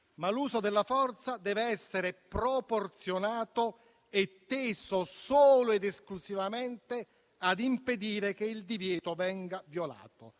ma l'uso della forza dev'essere proporzionato e teso solo ed esclusivamente a impedire che il divieto venga violato